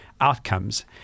outcomes